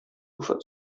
ufer